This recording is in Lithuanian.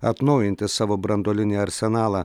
atnaujinti savo branduolinį arsenalą